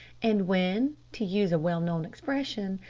and when, to use a well-known expression,